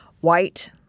white